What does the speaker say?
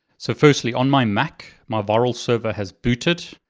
so firstly, on my mac, my virl server has booted,